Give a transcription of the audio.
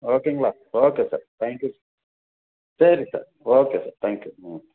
ஓகேங்களா okay sir thank you சரி sir okay sir thank you ம்